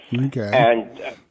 Okay